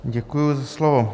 Děkuji za slovo.